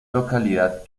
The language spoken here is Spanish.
localidad